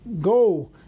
go